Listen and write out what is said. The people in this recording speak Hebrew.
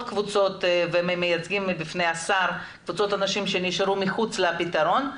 קבוצות אנשים שנשארו מחוץ לפתרון בפני השר,